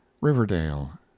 Riverdale